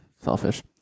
Selfish